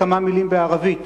כמה מלים בערבית,